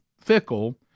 fickle